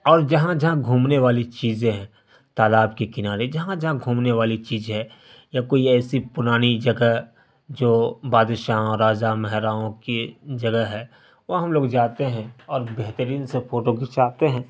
اور جہاں جہاں گھومنے والی چیزیں ہیں تالاب کے کنارے جہاں جہاں گھومنے والی چیز ہے یا کوئی ایسی پرانی جگہ جو بادشاں راجہ مہراؤں کی جگہ ہے وہاں ہم لوگ جاتے ہیں اور بہترین سے فوٹوکھچاتے ہیں